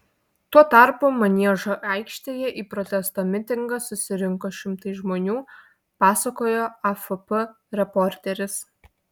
tuo tarpu maniežo aikštėje į protesto mitingą susirinko šimtai žmonių pasakojo afp reporteris